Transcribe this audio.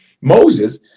Moses